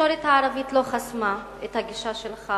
התקשורת הערבית לא חסמה את הגישה שלך